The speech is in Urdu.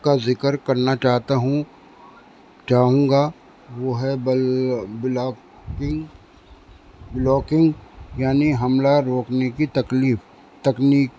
کا ذکر کرنا چاہتا ہوں چاہوں گا وہ ہے بلااکنگ یعنی حملہ روکنے کی تکلیف تکنیک